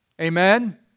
Amen